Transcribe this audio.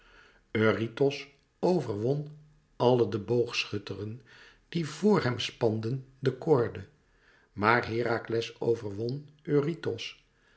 eurytos overwon alle de boogschutteren die vor hem spanden de koorde maar herakles overwon eurytos